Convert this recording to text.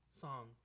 song